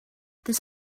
this